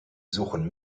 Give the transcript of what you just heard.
suchen